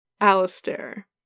Alistair